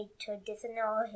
traditional